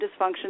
dysfunction